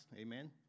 amen